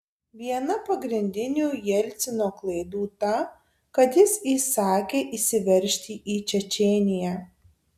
viena pagrindinių jelcino klaidų ta kad jis įsakė įsiveržti į čečėniją